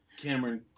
Cameron